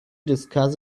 discuss